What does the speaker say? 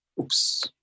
Oops